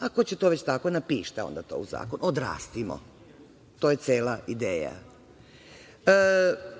Ako hoćete to već tako, napišite onda to u zakonu. Odrastimo. To je cela ideja. Kako